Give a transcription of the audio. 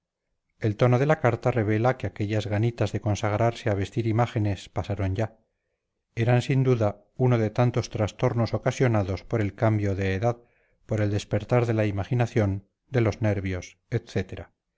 el tono de la carta revela que aquellas ganitas de consagrarse a vestir imágenes pasaron ya eran sin duda uno de tantos trastornos ocasionados por el cambio de edad por el despertar de la imaginación de los nervios etcétera